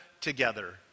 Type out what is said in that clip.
together